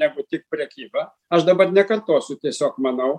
negu tik prekyba aš dabar nekartosiu tiesiog manau